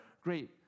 great